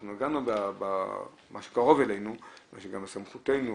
אנחנו נגענו במה שקרוב אלינו, מה שגם בסמכותנו,